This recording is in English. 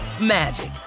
magic